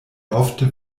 ofte